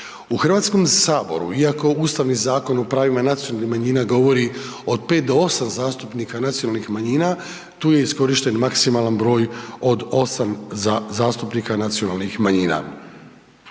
U Hrvatskom saboru iako Ustavni zakon o pravima nacionalnih manjina govori od 5 do 8 zastupnika nacionalnih manjina, tu je iskorišten maksimalan broj od 8 zastupnika nacionalnih manjina.